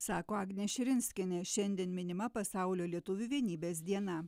sako agnė širinskienė šiandien minima pasaulio lietuvių vienybės diena